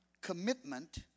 commitment